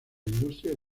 industria